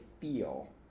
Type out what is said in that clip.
feel